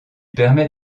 permet